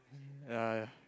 ya